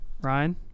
Ryan